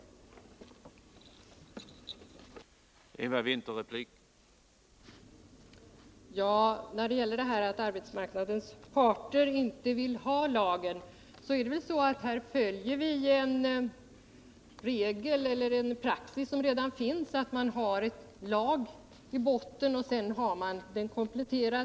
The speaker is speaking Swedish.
Torsdagen den